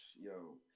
Yo